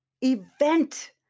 event